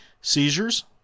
Seizures